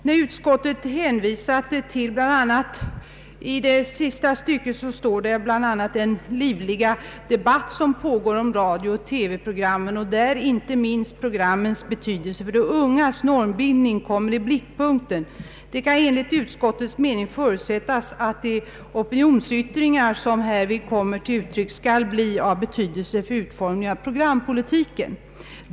När utskottet hänvisar till den livliga debatt som pågår om radiooch TV programmen, där inte minst programmens betydelse för de ungas normbild ning kommer i blickpunkten, kan det enligt utskottets mening förutsättas ”att de opinionsyttringar som härvid kommer till uttryck skall bli av betydelse för utformningen av programpolitiken.